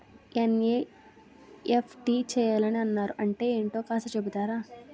NEFT చేయాలని అన్నారు అంటే ఏంటో కాస్త చెపుతారా?